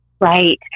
Right